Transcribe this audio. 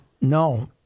No